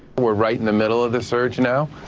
we're right in the middle of the search now